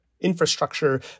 Infrastructure